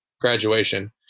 graduation